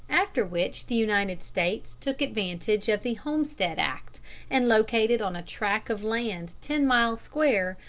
after which the united states took advantage of the homestead act and located on a tract of land ten miles square,